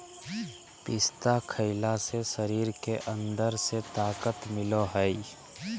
पिस्ता खईला से शरीर के अंदर से ताक़त मिलय हई